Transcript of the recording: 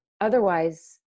otherwise